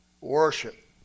worship